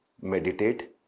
meditate